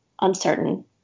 uncertain